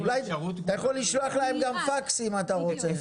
אתה יכול לשלוח להם גם פקס אם אתה רוצה.